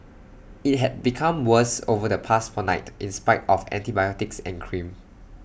IT had become worse over the past fortnight in spite of antibiotics and cream